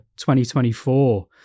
2024